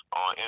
on